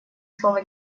слово